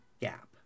gap